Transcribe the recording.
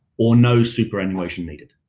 or no superannuation needed?